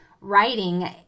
writing